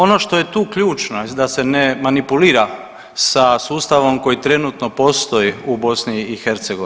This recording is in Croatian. Ono što je ključno da se ne manipulira sa sustavom koji trenutno postoji u BiH.